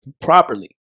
properly